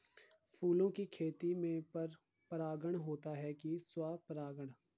फूलों की खेती में पर परागण होता है कि स्वपरागण?